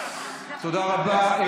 תודה רבה.